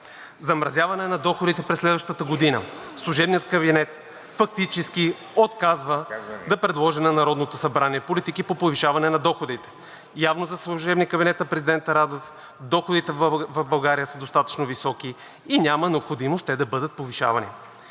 замразяване на доходите през следващата година – служебният кабинет фактически отказва да предложи на Народното събрание политики по повишаване на доходите. Явно за служебния кабинет на президента Радев доходите в България са достатъчно високи и няма необходимост те да бъдат повишавани.